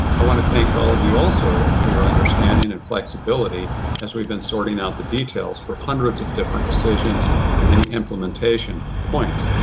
i wanna thank all of you also for your understanding and flexibility as we've been sorting out the details for hundreds of different decisions and many implementation points.